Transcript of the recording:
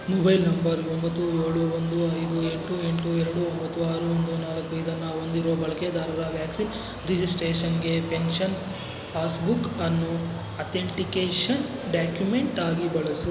mobile number ಒಂಬತ್ತು ಏಳು ಒಂದು ಐದು ಎಂಟು ಎಂಟು ಎರಡು ಒಂಬತ್ತು ಆರು ಒಂದು ನಾಲ್ಕು ಇದನ್ನು ಹೊಂದಿರೋ ಬಳಕೆದಾರರ ವ್ಯಾಕ್ಸಿನ್ ರಿಜಿಸ್ಟ್ರೇಷನ್ಗೆ ಪೆನ್ಷನ್ ಪಾಸ್ಬುಕ್ಕನ್ನು ಅಥೆಂಟಿಕೇಷನ್ ಡಾಕ್ಯುಮೆಂಟಾಗಿ ಬಳಸು